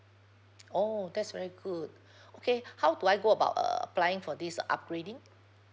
oh that's very good okay how do I go about err applying for this uh upgrading